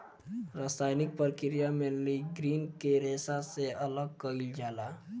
रासायनिक प्रक्रिया में लीग्रीन के रेशा से अलग कईल जाला